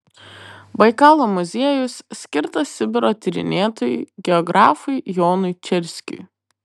baikalo muziejus skirtas sibiro tyrinėtojui geografui jonui čerskiui